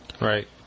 Right